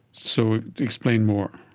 so explain more.